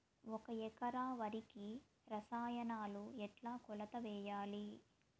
ఒక ఎకరా వరికి రసాయనాలు ఎట్లా కొలత వేయాలి?